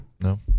no